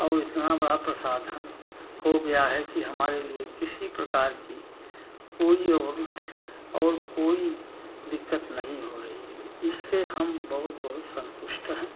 और इतना बड़ा प्रसाधन हो गया है कि हमारे लिए किसी प्रकार की कोई औरिथ और कोई दिक्कत नहीं हो रही है इससे हम बहुत बहुत संतुष्ट हैं